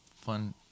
fun